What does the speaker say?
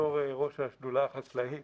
בתור ראש השדולה החקלאית,